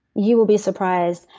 you will be surprised.